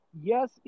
yes